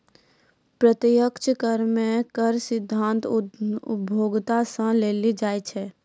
प्रत्यक्ष कर मे कर सीधा उपभोक्ता सं लेलो जाय छै